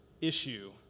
issue